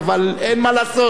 אבל אין מה לעשות,